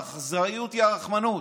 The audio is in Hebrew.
והאכזריות היא הרחמנות.